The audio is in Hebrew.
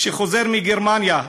שחוזר מגרמניה,